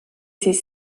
ses